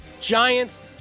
Giants